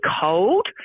cold